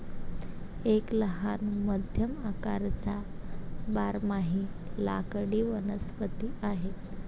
एक लहान मध्यम आकाराचा बारमाही लाकडी वनस्पती आहे